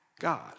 God